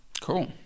cool